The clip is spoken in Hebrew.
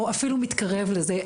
או אפילו מתקרב לזה,